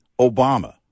Obama